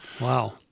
Wow